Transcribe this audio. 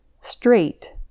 straight